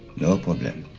no problem.